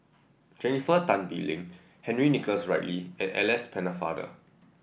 Jennifer Tan Bee Leng Henry Nicholas Ridley and Alice Pennefather